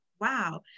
wow